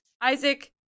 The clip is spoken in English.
Isaac